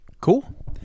Cool